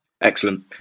Excellent